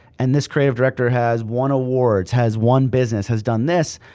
and this creative director has won awards, has won business, has done this,